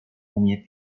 umie